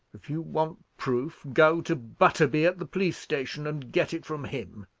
if you want proof, go to butterby at the police station, and get it from him,